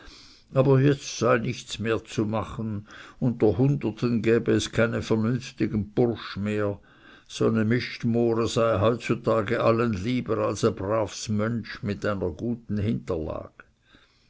aber jetzt sei nichts mehr zu machen unter hunderten gäbe es keinen vernünftigen bursch mehr son e mistmore sei heutzutage allen lieber als es bravs mönsch mit einer guten hinterlag